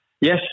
Yes